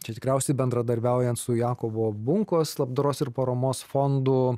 čia tikriausiai bendradarbiaujant su jakovo bunkos labdaros ir paramos fondu